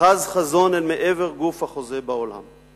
חז חזון אל מעבר גוף החוזה בעולם/